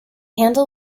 handle